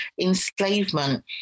enslavement